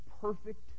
perfect